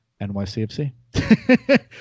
NYCFC